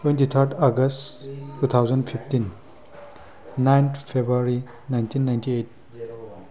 twenty third August two thousand fifteen nine February nineteen ninety eight